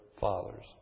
fathers